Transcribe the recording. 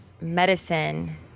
medicine